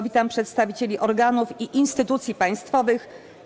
Witam przedstawicieli organów i instytucji państwowych.